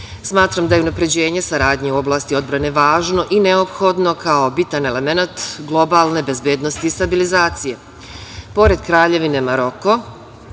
Smatram da je unapređenje saradnje u oblasti odbrane važno i neophodno, kao bitan elemenat globalne bezbednosti i stabilizacije. Pored